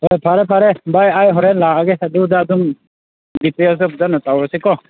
ꯑꯣ ꯐꯔꯦ ꯐꯔꯦ ꯕꯥꯏ ꯑꯩ ꯍꯣꯔꯦꯟ ꯂꯥꯛꯑꯒꯦ ꯑꯗꯨꯗ ꯑꯗꯨꯝ ꯗꯤꯇꯦꯜꯁꯗꯣ ꯐꯖꯅ ꯇꯧꯔꯁꯤꯀꯣ